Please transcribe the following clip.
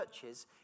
churches